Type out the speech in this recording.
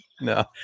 No